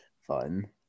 fun